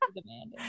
demanding